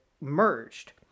merged